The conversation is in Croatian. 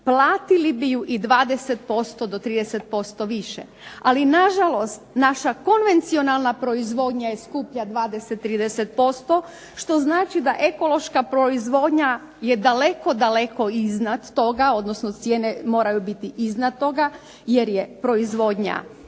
platili bi je i 20% do 30% više. Ali naša konvencionalna proizvodnja je skuplja 20, 30% što znači da je ekološka proizvodnja je daleko iznad toga, odnosno cijene moraju biti iznad toga, jer je proizvodnja